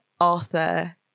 Arthur